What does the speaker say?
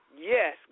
Yes